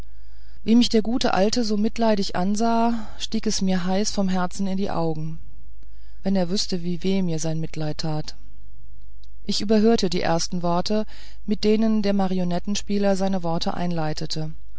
wie mich der gute alte so mitleidig ansah stieg es mir heiß vom herzen in die augen wenn er wüßte wie weh mir sein mitleid tat ich überhörte die ersten worte mit denen der marionettenspieler seine worte einleitete